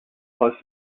close